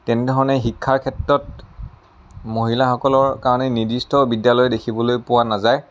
তেনেধৰণে শিক্ষাৰ ক্ষেত্ৰত মহিলাসকলৰ কাৰণে নিৰ্দিষ্ট বিদ্যালয় দেখিবলৈ পোৱা নাযায়